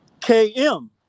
KM